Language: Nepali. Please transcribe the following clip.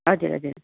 हजुर हजुर